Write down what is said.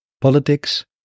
politics